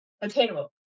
attainable